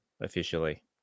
officially